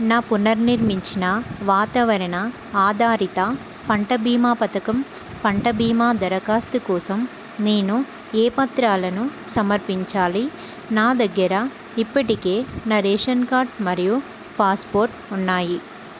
నా పునర్నిర్మించిన వాతావరణ ఆధారిత పంట బీమా పథకం పంట బీమా దరఖాస్తు కోసం నేను ఏ పత్రాలను సమర్పించాలి నా దగ్గర ఇప్పటికే నా రేషన్ కార్డ్ మరియు పాస్పోర్ట్ ఉన్నాయి